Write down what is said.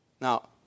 Now